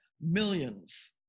millions